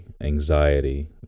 anxiety